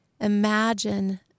Imagine